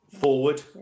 Forward